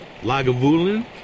Lagavulin